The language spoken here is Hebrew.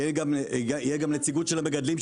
תהיה גם נציגות של מגדלים,